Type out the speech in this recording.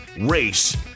race